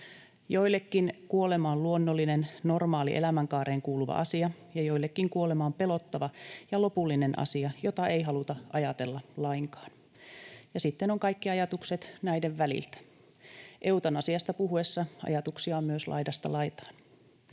Joillekin kuolema on luonnollinen, normaali elämänkaareen kuuluva asia, ja joillekin kuolema on pelottava ja lopullinen asia, jota ei haluta ajatella lainkaan, ja sitten ovat kaikki ajatukset näiden väliltä. Eutanasiasta puhuessa ajatuksia on myös laidasta laitaan.